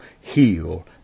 heal